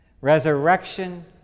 resurrection